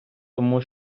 тому